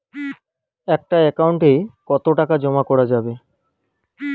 একটা একাউন্ট এ কতো টাকা জমা করা যাবে?